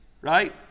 right